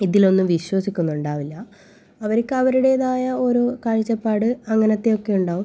ഇതിലൊന്നും വിശ്വസിക്കുന്നുണ്ടാവില്ല അവർക്ക് അവരുടേതായ ഓരോ കാഴ്ചപ്പാട് അങ്ങനത്തെയൊക്കെ ഉണ്ടാവും